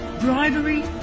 Bribery